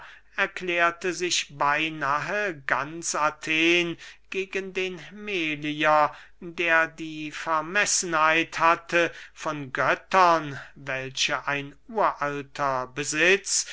erklärte sich beynahe ganz athen gegen den melier der die vermessenheit hatte von göttern welche ein uralter besitz